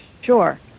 sure